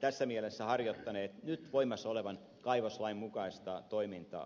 tässä mielessä harjoittaneet nyt voimassa olevan kaivoslain mukaista toimintaa